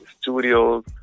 studios